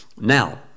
Now